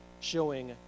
showing